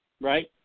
Right